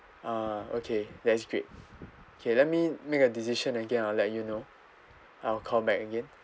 uh okay that's great okay let me make a decision again I'll let you know I'll call back again